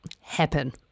happen